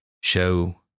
show